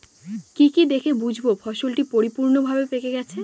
কি কি দেখে বুঝব ফসলটি পরিপূর্ণভাবে পেকে গেছে?